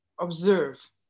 observe